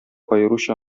аеруча